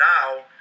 now